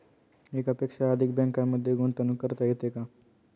एकापेक्षा अधिक बँकांमध्ये गुंतवणूक करता येते का?